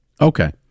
okay